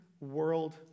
world